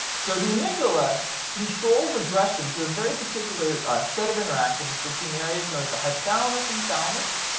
so the amygdala controls aggression through a very particular set of interactions between areas known as the hypothalamus and thalamus,